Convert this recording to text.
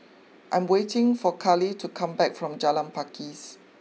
I'm waiting for Kalie to come back from Jalan Pakis